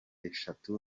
eshatu